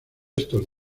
estos